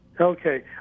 Okay